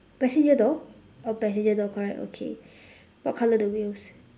passenger door oh passenger door correct okay what colour the wheels